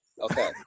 Okay